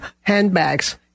handbags